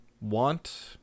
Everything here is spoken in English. want